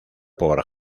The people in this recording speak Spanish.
por